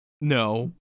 No